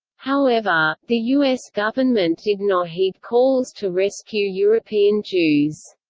however, the us government did not heed calls to rescue european jews.